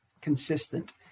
consistent